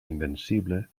invencible